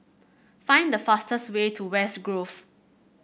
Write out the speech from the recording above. find the fastest way to West Grove